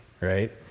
right